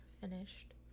finished